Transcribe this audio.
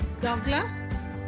Douglas